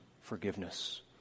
forgiveness